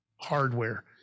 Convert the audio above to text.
hardware